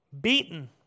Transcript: beaten